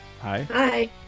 Hi